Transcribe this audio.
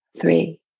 three